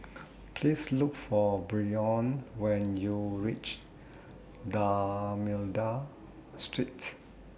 Please Look For Brion when YOU REACH D'almeida Street